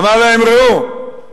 אמר להם: ראו,